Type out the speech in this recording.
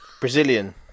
Brazilian